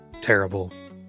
terrible